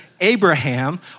Abraham